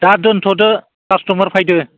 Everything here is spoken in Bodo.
दा दोनथ'दो कास्टमार फैदों